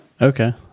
Okay